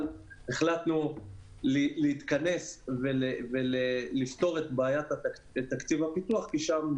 החלטנו להתכנס ולפתור את בעיית תקציב הפיתוח כי שם,